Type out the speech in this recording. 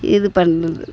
இது பண்ணுது